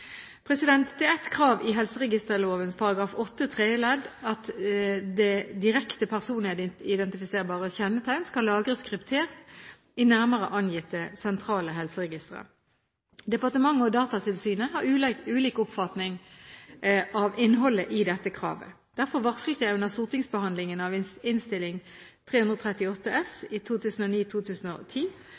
forslaget. Det er et krav i helseregisterloven § 8 tredje ledd at direkte personidentifiserende kjennetegn skal lagres kryptert i nærmere angitte sentrale helseregistre. Departementet og Datatilsynet har ulik oppfatning av innholdet i dette kravet. Derfor varslet jeg under stortingsbehandlingen av Innst. 338 S